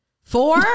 Four